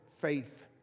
faith